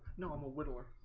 no, i'm a whittler.